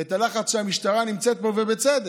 את הלחץ שהמשטרה נמצאת בו, ובצדק.